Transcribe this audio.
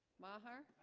maher